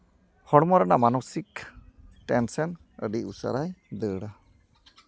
ᱦᱚᱲᱢᱚ ᱨᱮᱱᱟᱜ ᱢᱟᱱᱚᱥᱤᱠ ᱴᱮᱱᱥᱮᱱ ᱟᱹᱰᱤ ᱩᱥᱟᱹᱨᱟᱭ ᱫᱟᱹᱲᱟ